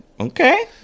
Okay